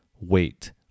weight